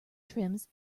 trims